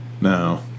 No